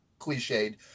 cliched